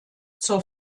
zur